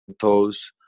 toes